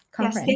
Yes